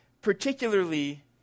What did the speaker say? particularly